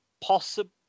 Possible